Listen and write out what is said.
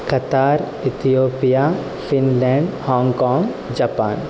Qatar Ethiopia Finland Hong Kong Japan